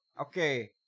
Okay